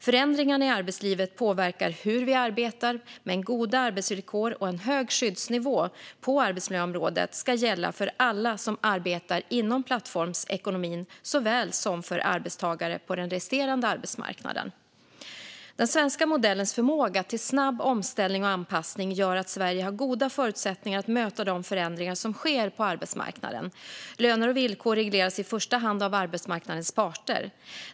Förändringarna i arbetslivet påverkar hur vi arbetar, men goda arbetsvillkor och en hög skyddsnivå på arbetsmiljöområdet ska gälla för alla som arbetar inom plattformsekonomin, såväl som för arbetstagare på den resterande arbetsmarknaden. Den svenska modellens förmåga till snabb omställning och anpassning gör att Sverige har goda förutsättningar att möta de förändringar som sker på arbetsmarknaden. Löner och villkor regleras i första hand av arbetsmarknadens parter.